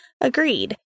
Agreed